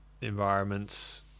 environments